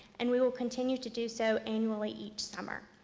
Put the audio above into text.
and we will continue to do so annually each summer.